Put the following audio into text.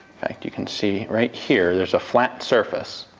fact you can see right here there's a flat surface.